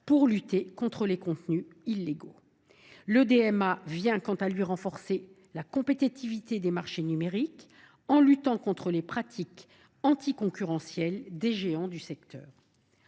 pour lutter contre les contenus illégaux. Le DMA renforce la compétitivité des marchés numériques, en luttant contre les pratiques anticoncurrentielles des géants du secteur.